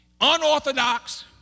unorthodox